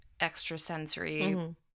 extrasensory